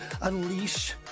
unleash